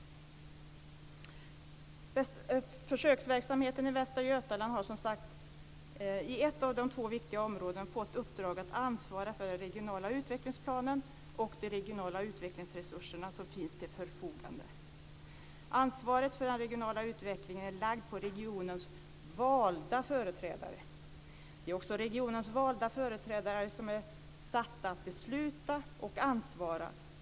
Försöksverksamheten i Västra Götaland har som sagt i ett av de två viktiga områdena fått uppdraget att ansvara för den regionala utvecklingsplanen och för de regionala utvecklingsresurser som finns till förfogande. Ansvaret för den regionala utvecklingen är lagd på regionens valda företrädare. Det är också regionens valda företrädare som är satta att besluta och ansvara.